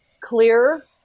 clear